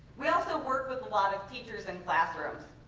we also work with a lot of teachers and classrooms.